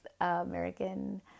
American